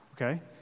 Okay